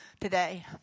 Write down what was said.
today